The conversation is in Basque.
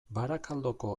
barakaldoko